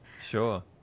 Sure